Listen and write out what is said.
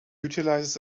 utilizes